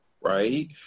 right